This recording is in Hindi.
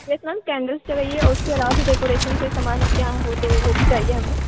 यस मैम कैंडल्स चाहिए और उसके अलावा फिर डेकोरेशन का सामान आपके यहाँ हो तो वह भी चाहिए हमें